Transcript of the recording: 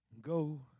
Go